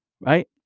right